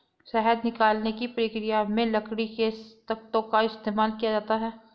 शहद निकालने की प्रक्रिया में लकड़ी के तख्तों का इस्तेमाल किया जाता है